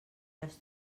les